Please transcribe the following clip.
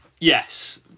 Yes